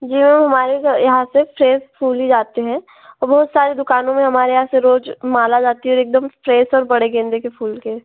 जी वो हमारे यहाँ से फ्रेस फूल ही जाते हैं और बहुत सारी दुकानों में हमारे यहाँ से रोज माला जाती है और एकदम फ्रेस और बड़े गेंदे के फूल के